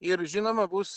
ir žinoma bus